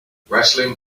wrestling